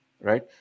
right